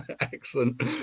Excellent